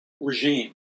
regime